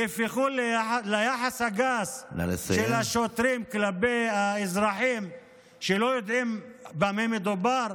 יהפכו ליחס הגס של השוטרים כלפי האזרחים שלא יודעים במה מדובר?